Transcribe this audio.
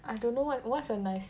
I don't know what what's a nice